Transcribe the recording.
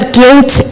guilt